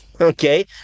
Okay